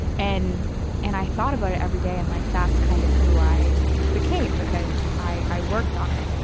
and and i thought about it every day, and like that's kind of who i became because i i worked on it.